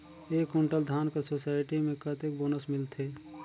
एक कुंटल धान कर सोसायटी मे कतेक बोनस मिलथे?